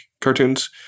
cartoons